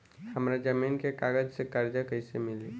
हमरा जमीन के कागज से कर्जा कैसे मिली?